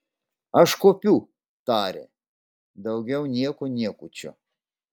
aš kuopiu tarė daugiau nieko niekučio